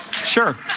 Sure